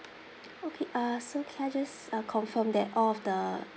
okay uh so can I just uh confirm that all of the